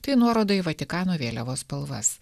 tai nuoroda į vatikano vėliavos spalvas